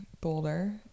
Boulder